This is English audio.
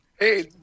Hey